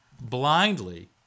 blindly